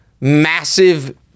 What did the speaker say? massive